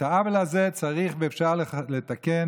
את העוול הזה צריך ואפשר לתקן.